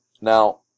Now